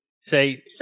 Say